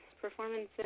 performances